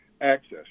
access